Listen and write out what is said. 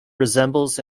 resembles